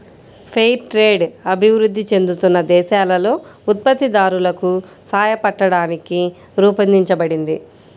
fair trade అభివృద్ధి చెందుతున్న దేశాలలో ఉత్పత్తిదారులకు సాయపట్టానికి రూపొందించబడింది